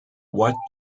what